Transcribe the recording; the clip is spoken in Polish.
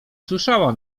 słyszała